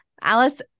Alice